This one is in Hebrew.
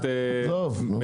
אתה מנסה לעכב?